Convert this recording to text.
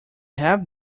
have